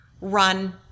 run